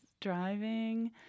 driving